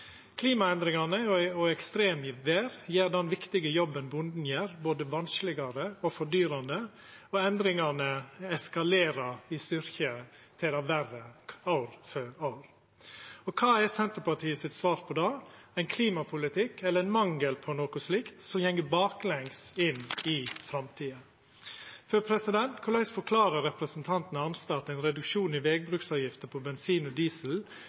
Klimaendringane og ekstremvêr gjer den viktige jobben bonden gjer, både vanskelegare og fordyrande, og endringane eskalerer i styrke til det verre år for år. Kva er svaret frå Senterpartiet på det? Jo, ein klimapolitikk, eller ein mangel på noko slikt, som går baklengs inn i framtida. For korleis forklarar representanten Arnstad at ein reduksjon i vegbruksavgifter på bensin og